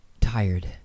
tired